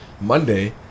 Monday